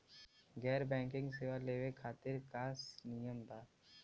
गैर बैंकिंग सेवा लेवे खातिर का नियम बा?